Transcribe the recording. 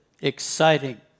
exciting